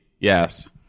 Yes